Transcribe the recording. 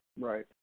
Right